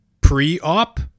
pre-op